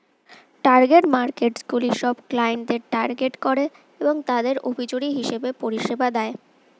target মার্কেটসগুলি সব ক্লায়েন্টদের টার্গেট করে এবং তাদের অভিরুচি হিসেবে পরিষেবা দেয়